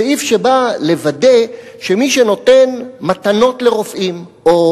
סעיף שבא לוודא שמי שנותן מתנות לרופאים או